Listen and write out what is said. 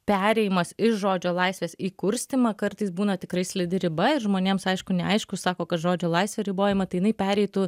perėjimas iš žodžio laisvės į kurstymą kartais būna tikrai slidi riba ir žmonėms aišku neaišku sako kad žodžio laisvė ribojama tai jinai pereitų